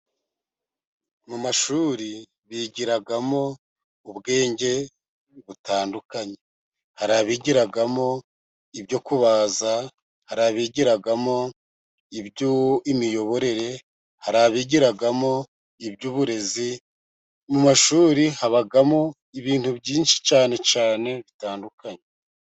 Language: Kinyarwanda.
Mu mashuri bigiramo ubwenge butandukanye; hari abigiramo ibyo kubaza, hari abigiramo iby'imiyoborere, hari abigiramo iby'uburezi. Mu mashuri habamo ibintu byinshi cyane cyane bitandukanye.